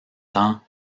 temps